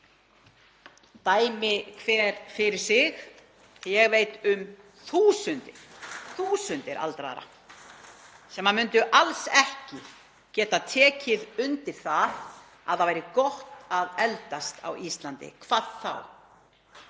dag. Dæmi hver fyrir sig. Ég veit um þúsundir aldraðra sem myndu alls ekki getað tekið undir það að það væri gott að eldast á Íslandi, hvað þá